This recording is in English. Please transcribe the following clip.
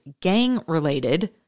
gang-related